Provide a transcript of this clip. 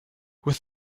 with